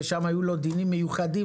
ושם היו לו דינים מיוחדים,